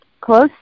close